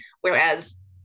whereas